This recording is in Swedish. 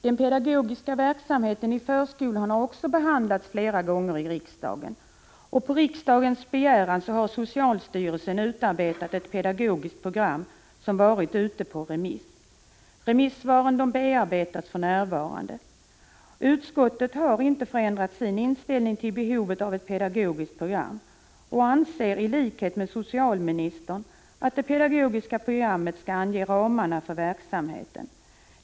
Den pedagogiska verksamheten i förskolan har också behandlats flera gånger i riksdagen. På riksdagens begäran har socialstyrelsen utarbetat ett pedagogiskt program, som varit ute på remiss. Remissvaren bearbetas för närvarande. Utskottet har inte förändrat sin inställning till behovet av ett pedagogiskt program och anser i likhet med socialministern att det pedagogiska programmet skall ange ramarna för verksamheten.